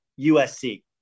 USC